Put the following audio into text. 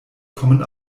kommen